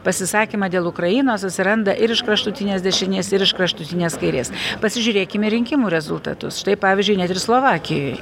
pasisakymą dėl ukrainos susiranda ir iš kraštutinės dešinės ir iš kraštutinės kairės pasižiūrėkim į rinkimų rezultatus štai pavyzdžiui net ir slovakijoj